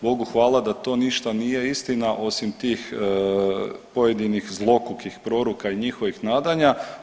Bogu hvala da to ništa nije istina osim tih pojedinih zlokuhih proroka i njihovih nadanja.